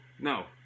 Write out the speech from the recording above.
no